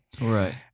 Right